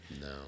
No